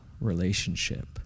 relationship